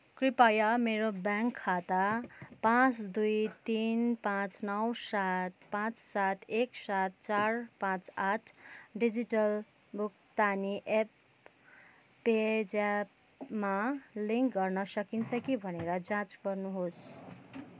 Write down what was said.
कृपया मेरो ब्याङ्क खाता पाँच दुई तिन पाँच नौ सात पाँच सात एक सात चार पाँच आठ डिजिटल भुक्तानी एप पे ज्यापमा लिङ्क गर्नसकिन्छ कि भनेर जाँच गर्नुहोस्